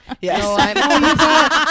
Yes